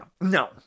No